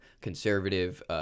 conservative